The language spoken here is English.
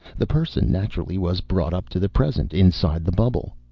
the person naturally was brought up to the present, inside the bubble.